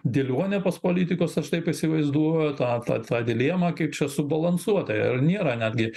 dėlionė pas politikus aš taip įsivaizduoju tą tą tą dilemą kaip čia subalansuotai ar nėra netgi